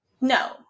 no